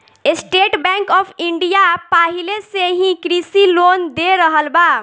estate Bank of India पाहिले से ही कृषि लोन दे रहल बा